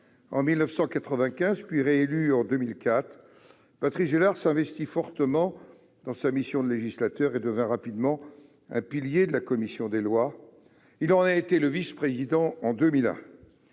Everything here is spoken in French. en 1995, puis réélu en 2004, Patrice Gélard s'investit fortement dans sa mission de législateur et devint rapidement un pilier de la commission des lois, dont il fut vice-président à